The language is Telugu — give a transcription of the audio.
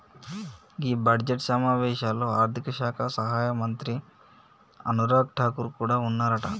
గీ బడ్జెట్ సమావేశాల్లో ఆర్థిక శాఖ సహాయక మంత్రి అనురాగ్ ఠాగూర్ కూడా ఉన్నారట